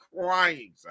crying